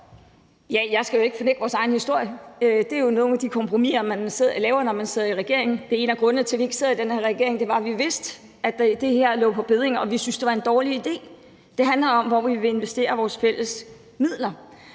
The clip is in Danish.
Jeg skal ikke fornægte vores egen historie. Det er jo nogle af de kompromiser, man laver, når man sidder i regering. Det er en af grundene til, at vi ikke sidder i den her regering, altså at vi vidste, at det her lå på bedding, og vi syntes, det var en dårlig idé. Det handler om, hvor vi vil investere vores fælles midler.